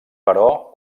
però